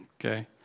okay